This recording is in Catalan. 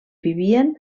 vivien